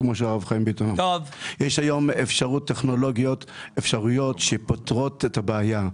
יש היום אפשרות טכנולוגית לפתור את הבעיה.